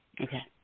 Okay